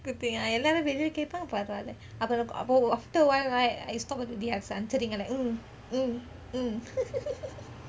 good thing ah எல்லாரும் வெளிய கேட்டா பரவாயிலே அப்புறம்:ellarum veliye ketta paravaayileh appurom after awhile right I stop already answering I like mm mm mm